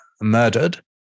murdered